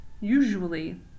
usually